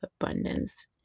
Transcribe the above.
abundance